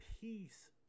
Peace